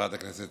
חברת הכנסת